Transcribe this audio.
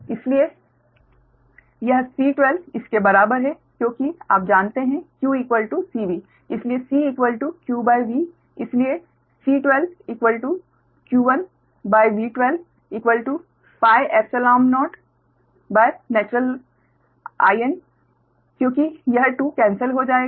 इसलिए यह C12 इसके बराबर है क्योंकि आप जानते हैं q C V इसलिए 𝐶 qV इसलिए C12q1V12 πϵ0 In क्योंकि यह 2 कैन्सल हो जाएगा